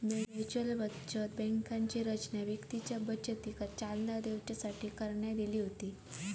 mutual बचत बँकांची रचना व्यक्तींच्या बचतीका चालना देऊसाठी करण्यात इली होती